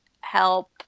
help